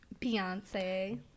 beyonce